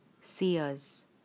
seers